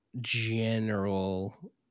general